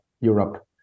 Europe